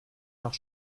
nach